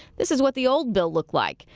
this is what the old bill looked like.